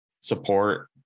support